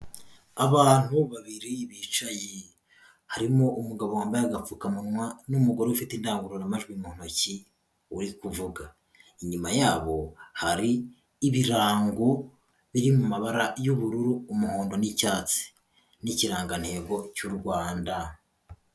Abantu babiri bicaye harimo umugabo wambaye agapfukamunwa n'umugore ufite indangururamajwi mu ntoki uri kuvuga, inyuma yabo hari ibirango biri mu mabara y'ubururu, umuhondo n'icyatsi n'ikirangantego cy'u Rwanda.